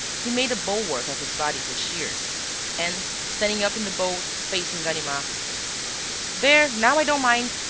he made a bulwark of his body for shears and, standing up in the boat, facing ganimard there, now i don't mind.